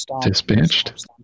dispatched